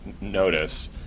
notice